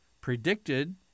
predicted